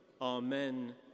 amen